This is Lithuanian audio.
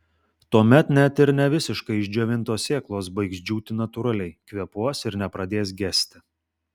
tuomet net ir ne visiškai išdžiovintos sėklos baigs džiūti natūraliai kvėpuos ir nepradės gesti